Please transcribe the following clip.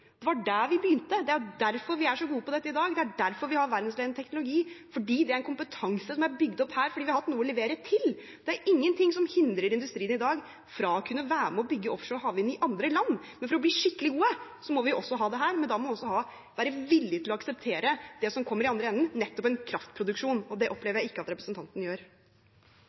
Det var der vi begynte. Det er derfor vi er så gode på dette i dag. Det er derfor vi har verdensledende teknologi, fordi det er en kompetanse som er bygd opp her, fordi vi har hatt noe å levere til. Det er ingen ting som hindrer industrien i dag fra å kunne være med og bygge offshore havvind i andre land, men for å bli skikkelig gode må vi også ha det her. Da må vi også være villig til å akseptere det som kommer i andre enden, nettopp en kraftproduksjon, og det opplever jeg ikke at representanten